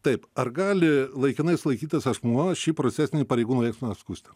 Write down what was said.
taip ar gali laikinai sulaikytas asmuo šį procesinį pareigūnų veiksmą apskųsti